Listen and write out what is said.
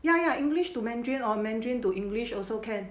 ya ya english to mandarin or mandarin to english also can